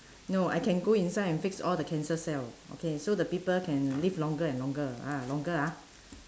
no I can go inside and fix all the cancer cell okay so the people can live longer and longer ah longer ah